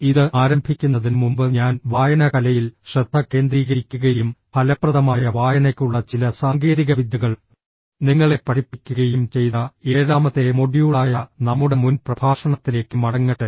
ഇത് ആരംഭിക്കുന്നതിന് മുമ്പ് ഞാൻ വായന കലയിൽ ശ്രദ്ധ കേന്ദ്രീകരിക്കുകയും ഫലപ്രദമായ വായനയ്ക്കുള്ള ചില സാങ്കേതികവിദ്യകൾ നിങ്ങളെ പഠിപ്പിക്കുകയും ചെയ്ത ഏഴാമത്തെ മൊഡ്യൂളായ നമ്മുടെ മുൻ പ്രഭാഷണത്തിലേക്ക് മടങ്ങട്ടെ